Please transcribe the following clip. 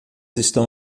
estão